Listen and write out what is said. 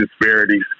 disparities